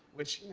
which,